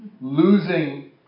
losing